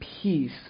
peace